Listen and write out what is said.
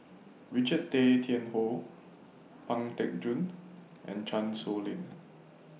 Richard Tay Tian Hoe Pang Teck Joon and Chan Sow Lin